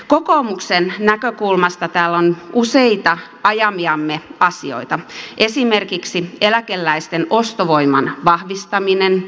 kokoomuksen näkökulmasta täällä on useita ajamiamme asioita esimerkiksi eläkeläisten ostovoiman vahvistaminen